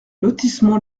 lotissement